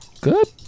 good